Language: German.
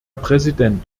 präsident